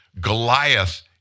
Goliath